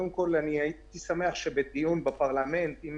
קודם כל, הייתי שמח שבדיון בפרלמנט, אם